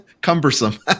cumbersome